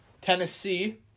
Tennessee